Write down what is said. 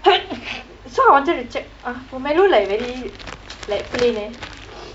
so I wanted to check uh Pomelo like very like plain eh